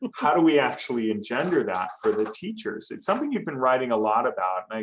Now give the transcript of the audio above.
how do we actually engender that for the teachers. it's something you've been writing a lot about.